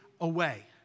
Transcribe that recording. away